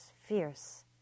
fierce